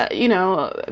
ah you know,